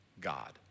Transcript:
God